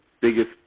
biggest